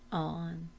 on,